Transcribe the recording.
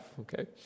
okay